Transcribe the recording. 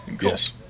Yes